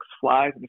flies